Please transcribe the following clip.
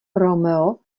romeo